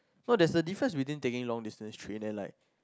no there's a difference between taking long distance train and like